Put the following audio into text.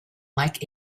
like